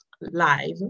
Live